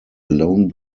alone